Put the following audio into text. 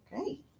Okay